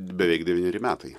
beveik devyneri metai